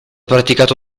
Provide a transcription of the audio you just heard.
praticato